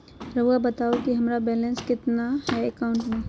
रहुआ बताएं कि हमारा बैलेंस कितना है अकाउंट में?